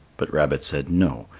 but rabbit said, no.